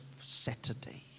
Saturday